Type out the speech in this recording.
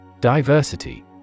Diversity